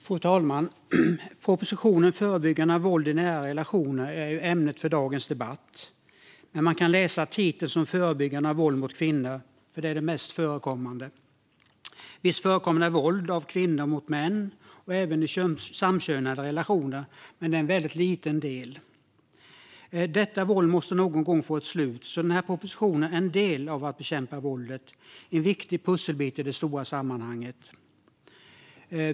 Fru talman! Propositionen Förebyggande av våld i nära relationer är ämnet för dagens debatt. Man kan också läsa titeln som Förebyggande av våld mot kvinnor , för det är det mest förekommande. Visst förekommer det våld av kvinnor mot män och även i samkönade relationer, men det är en väldigt liten del. Detta våld måste någon gång få ett slut. Den här propositionen är en del av att bekämpa våldet, en viktig pusselbit i det stora sammanhanget.